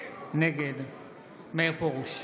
נגד מאיר פרוש,